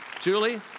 Julie